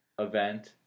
event